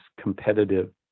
competitive